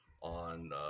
on